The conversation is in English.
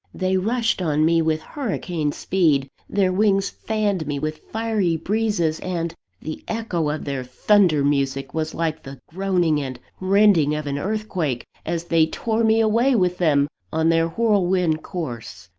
they rushed on me with hurricane speed their wings fanned me with fiery breezes and the echo of their thunder-music was like the groaning and rending of an earthquake, as they tore me away with them on their whirlwind course.